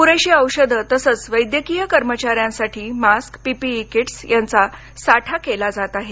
पुरेशी औषधं तसंच वैद्यकीय कर्मचाऱ्यांसाठी मास्क पीपीई किट्स यांचा साठा केला जात आहे